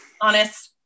honest